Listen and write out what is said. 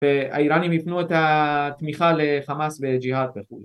‫והאיראנים יתנו את התמיכה ‫לחמאס וג'יהאד וכולי.